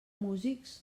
músics